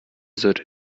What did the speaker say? sollte